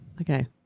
Okay